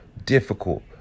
difficult